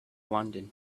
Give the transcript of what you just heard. london